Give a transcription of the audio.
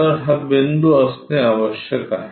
तर हा बिंदू असणे आवश्यक आहे